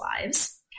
lives